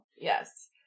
Yes